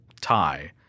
tie